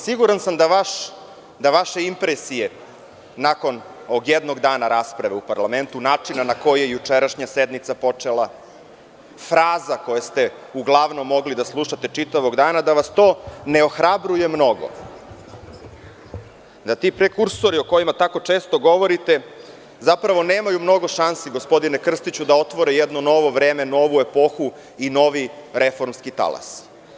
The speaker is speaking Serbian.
Siguran sam da vaše impresije nakon jednog dana rasprave u parlamentu, načina na koji je jučerašnja sednica počela, fraza koje ste uglavnom mogli da slušate čitavog dana, da vas to ne ohrabruje mnogo, da ti prekursori o kojima tako često govorite nemaju mnogo šansi, gospodine Krstiću, da otvore jedno novo vreme, novu epohu i novi reformski talas.